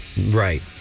Right